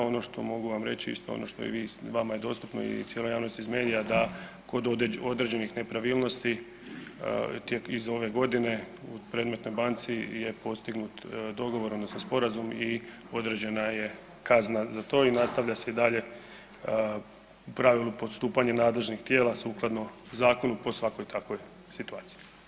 Ono što mogu vam reći isto ono što i vi, vama je dostupno i cijeloj javnosti iz medija, da kod određenih nepravilnosti iz ove godine u predmetnoj banci je postignut dogovor odnosno sporazum i određena je kazna za to i nastavlja se i dalje u pravilu postupanje nadležnih tijela sukladno zakonu po svakoj takvoj situaciji.